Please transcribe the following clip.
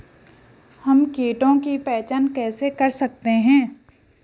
हम कीटों की पहचान कैसे कर सकते हैं?